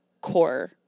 core